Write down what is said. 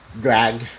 drag